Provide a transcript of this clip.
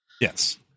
Yes